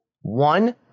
One